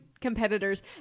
competitors